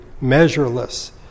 measureless